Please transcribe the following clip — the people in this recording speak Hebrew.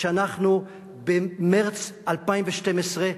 שאנחנו במרס 2012,